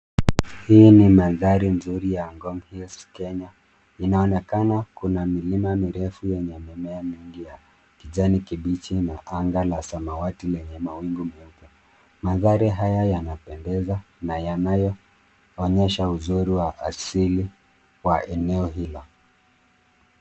Hii ni mandhari nzuri ya ngong hills Kenya. Inaonekana kuna milima mirefu yenye mimea mingi ya kijani kibichi na anga la samawati lenye mawingu meupe. Mandhari haya yanapendeza na yanayoonyesha uzuri wa asili wa eneo hilo.